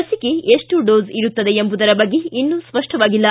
ಲಸಿಕೆ ಎಷ್ಟು ಡೋಸ್ ಇರುತ್ತದೆ ಎಂಬುದರ ಬಗ್ಗೆ ಇನ್ನೂ ಸ್ಪಷ್ಟವಾಗಿಲ್ಲ